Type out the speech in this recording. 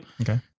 Okay